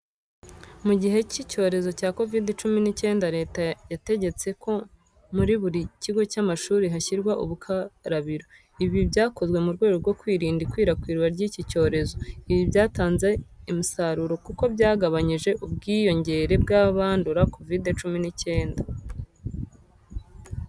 Mu gihe cy'icyorezo cya Kovide cumi n'icyenda Leta yategetse ko muri buri kigo cy'amashuri hashyirwa ubukarabiro. Ibi byakozwe mu rwego rwo kwirinda ikwirakwira ry'iki cyorezo. Ibi byatanze imusaruro kuko byagabanyije ubwiyongere bw'abandura Kovide cumi n'icyenda.